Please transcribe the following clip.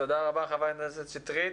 תודה רבה, חברת הכנסת שטרית.